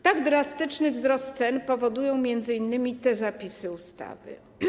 Tak drastyczny wzrost cen powodują m.in. te zapisy ustawy.